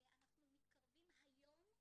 אנחנו מתקרבים היום,